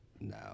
No